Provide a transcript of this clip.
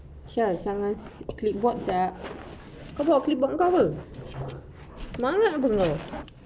sia sangat clip board sia kau bawa clip board ke apa semangat ke apa kau